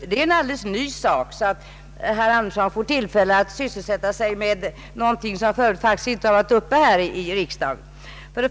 Det gäller en alldeles ny sak, så herr Birger Andersson får tillfälle att sysselsätta sig med någonting som faktiskt inte har varit uppe i riksdagen tidigare.